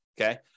Okay